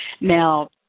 Now